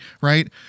right